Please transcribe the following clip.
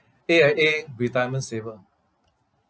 A_I_A retirement saver